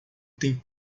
tem